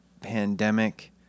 pandemic